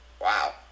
Wow